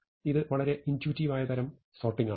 ഇത് വളരെ ഇന്റയുറ്റിവ് ആയ തരാം സോർട്ടിങ് ആണ്